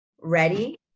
Ready